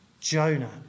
Jonah